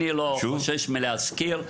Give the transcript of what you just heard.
אני לא חושש מלהזכיר.